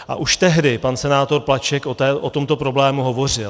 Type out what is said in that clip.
A už tehdy pan senátor Plaček o tomto problému hovořil.